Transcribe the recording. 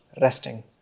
resting